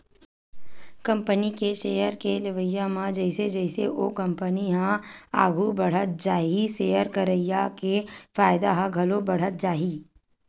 company के share के लेवई म जइसे जइसे ओ कंपनी ह आघू बड़हत जाही सेयर लगइया के फायदा ह घलो बड़हत जाही